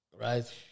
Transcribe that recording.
Right